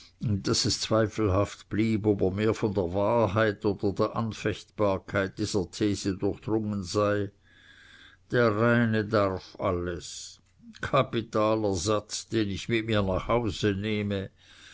daß es zweifelhaft blieb ob er mehr von der wahrheit oder der anfechtbarkeit dieser these durchdrungen sei der reine darf alles kapitaler satz den ich mir mit nach hause nehme